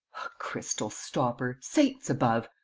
crystal stopper. saints above!